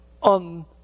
on